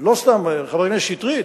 לא סתם, חבר הכנסת שטרית,